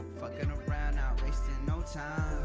fucking around not wasting no time